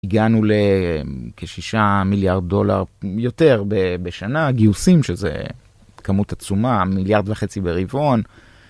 הגענו לכ-6 מיליארד דולר יותר בשנה, גיוסים שזה כמות עצומה, מיליארד וחצי ברבעון.